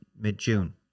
mid-June